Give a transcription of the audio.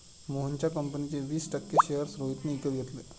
मोहनच्या कंपनीचे वीस टक्के शेअर्स रोहितने विकत घेतले